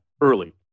early